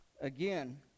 Again